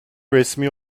resmi